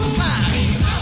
time